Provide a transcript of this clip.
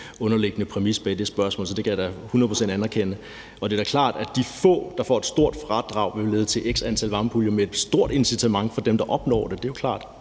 underliggende præmis bag det spørgsmål, så det kan jeg da hundrede procent anerkende. Det er da klart, at med de få, der får et stort fradrag, vil det lede til x antal varmepumper og være et stort incitament for dem, der opnår det – det er jo klart